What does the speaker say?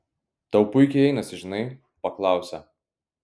tau puikiai einasi žinai paklausė